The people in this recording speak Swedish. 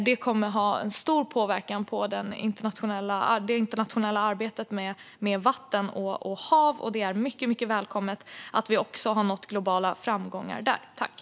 Det kommer att ha stor påverkan på det internationella arbetet med vatten och hav, och det är mycket välkommet att man har nått globala framgångar även där.